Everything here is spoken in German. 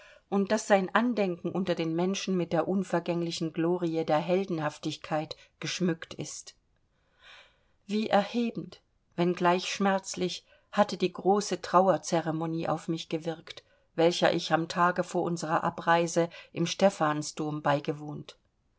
und daß sein andenken unter den menschen mit der unvergänglichen glorie der heldenhaftigkeit geschmückt ist wie erhebend wenngleich schmerzlich hatte die große trauerceremonie auf mich gewirkt welcher ich am tage vor unsrer abreise im stefansdom beigewohnt